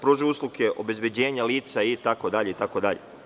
Pružaju usluge obezbeđenja lica itd, itd.